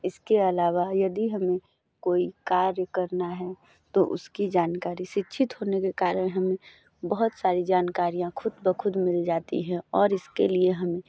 इसके अलावा यदि हमें कोई कार्य करना है तो उसकी जानकारी शिक्षित होने के कारण हमें बहुत सारी जानकारियाँ खुद ब खुद मिल जाती हैं और इसके लिए हमें